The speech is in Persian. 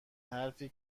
حرفی